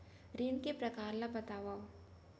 ऋण के परकार ल बतावव?